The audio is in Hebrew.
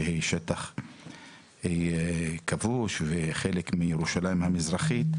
שהיא שטח כבוש וחלק מירושלים המזרחית,